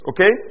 Okay